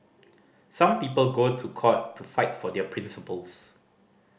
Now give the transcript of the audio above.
some people go to court to fight for their principles